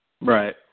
Right